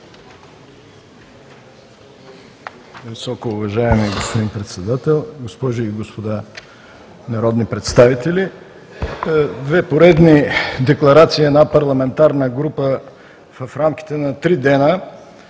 Високоуважаеми господин Председател, госпожи и господа народни представители! Две поредни декларации на парламентарна група в рамките на три дена,